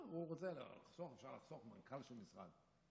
הוא רוצה לחסוך, אפשר לחסוך במנכ"ל של המשרד.